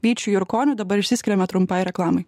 vyčiu jurkoniu dabar išsiskiriame trumpąja reklamai